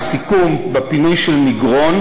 או היה סיכום לגבי פינוי מגרון,